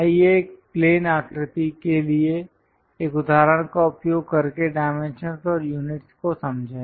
आइए एक प्लेन आकृति के लिए एक उदाहरण का उपयोग करके डाइमेंशंस और यूनिटस् को समझें